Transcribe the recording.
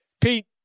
Pete